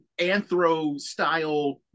anthro-style